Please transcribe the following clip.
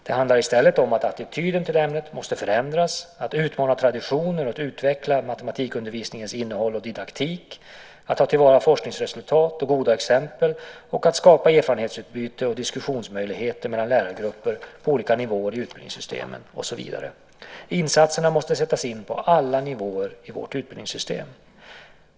Det handlar i stället om att attityden till ämnet måste förändras, att utmana traditioner och utveckla matematikundervisningens innehåll och didaktik, att ta till vara forskningsresultat och goda exempel och att skapa erfarenhetsutbyte och diskussionsmöjligheter mellan lärargrupper på olika nivåer i utbildningssystemet och så vidare. Insatser måste sättas in på alla nivåer i vårt utbildningssystem.